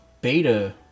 Beta